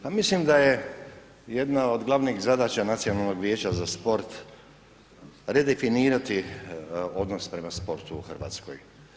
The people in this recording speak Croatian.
Ja mislim da je jedna od glavnih zadaća Nacionalnog vijeća za sport redefinirati odnos prema sportu u Hrvatskoj.